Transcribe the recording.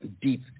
deep